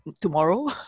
Tomorrow